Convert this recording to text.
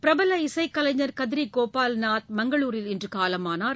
பிரபல இசைக்கலைஞர் கத்ரிகோபால்நாத் மங்களூரில் இன்றுகாலமானார்